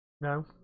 No